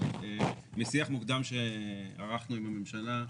אבל משיח מוקדם שערכנו עם הממשלה,